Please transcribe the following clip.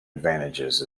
advantages